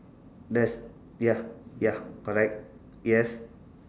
there's ya ya correct yes